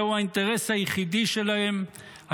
זהו האינטרס היחיד שלהם,